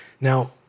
Now